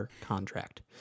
contract